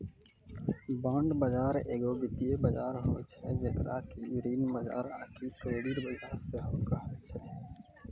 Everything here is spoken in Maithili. बांड बजार एगो वित्तीय बजार होय छै जेकरा कि ऋण बजार आकि क्रेडिट बजार सेहो कहै छै